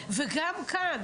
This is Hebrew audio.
וגם כאן,